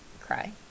cry